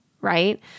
right